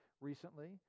recently